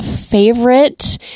favorite